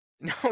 no